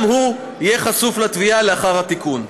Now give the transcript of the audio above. גם הוא יהיה חשוף לתביעה לאחר התיקון.